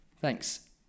thanks